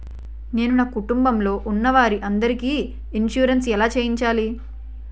నేను నా కుటుంబం లొ ఉన్న వారి అందరికి ఇన్సురెన్స్ ఎలా చేయించాలి?